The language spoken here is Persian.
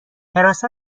حراست